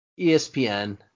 ESPN